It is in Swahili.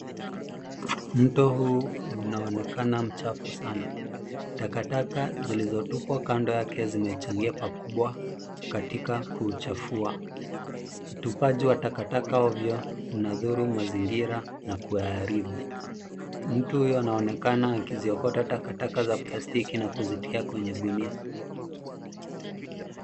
Mto huu unaonekana mchafu sana. Takataka zilizotupwa kando yake zimechangia pakubwa katika kuchafua. Utupaji wa takataka ovyo unadhuru mazingira na kuyaharibu. Mtu huyu anaonekana akiziokota takataka za plastiki na kuzitia kwenye gunia.